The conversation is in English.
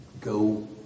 Go